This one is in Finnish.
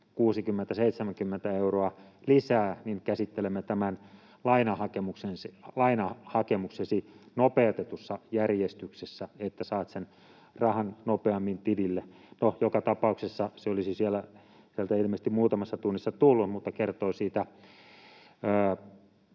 60—70 euroa lisää, käsittelemme tämän lainahakemuksesi nopeutetussa järjestyksessä, että saat sen rahan nopeammin tilille. No, joka tapauksessa se olisi sieltä ilmeisesti muutamassa tunnissa tullut, mutta tämä kertoo siitä